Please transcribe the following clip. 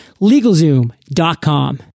LegalZoom.com